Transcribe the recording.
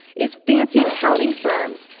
is fancy accounting firms,